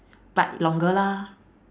but longer lah